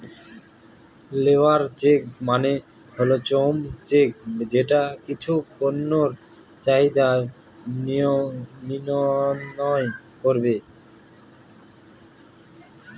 labour check মানে হল শ্রম চেক যেটা কিছু পণ্যের চাহিদা মিয়ন্ত্রন করে